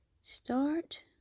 Start